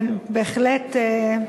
כן, בהחלט.